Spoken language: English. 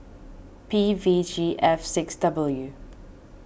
P V G F six W U